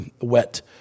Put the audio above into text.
wet